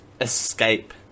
escape